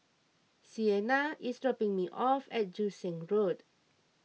Siena is dropping me off at Joo Seng Road